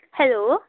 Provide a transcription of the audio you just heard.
hello